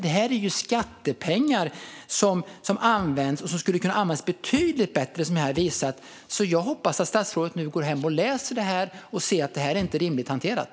Detta är ju skattepengar som skulle kunna användas betydligt bättre. Jag hoppas att statsrådet nu går hem och läser igenom ärendet och ser att det inte är rimligt hanterat.